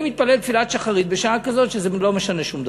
אני מתפלל תפילת שחרית בשעה כזו שזה לא משנה שום דבר.